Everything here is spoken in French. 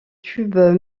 tubes